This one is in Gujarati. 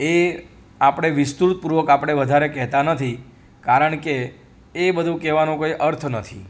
એ આપણે વિસ્તૃત પૂર્વક આપણે વધારે કહેતા નથી કારણ કે એ બધું કહેવાનો કોઈ અર્થ નથી